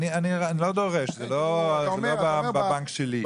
אני לא דורש, זה לא בבנק שלי.